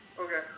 Okay